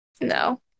No